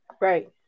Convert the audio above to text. Right